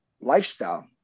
lifestyle